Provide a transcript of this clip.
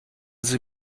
sie